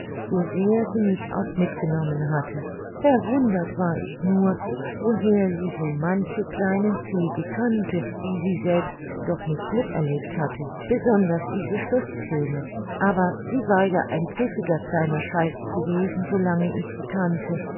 so sehr sie mich auch mitgenommen hatte verwundert war ich nur woher sie so manche kleinen züge kannte die sie selbst doch nicht mit erlebt hatte besonders diese schlußscene aber sie war ja ein pfiffiger kleiner schalk gewesen so lange ich sie kannte